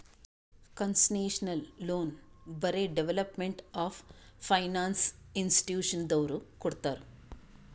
concessional loan ಬರೇ development of finance ಇನ್ಸ್ಟಿಟ್ಯೂಷನದವ್ರು ಕೊಡ್ತಾರ್